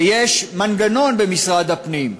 ויש מנגנון במשרד הפנים.